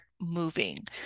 moving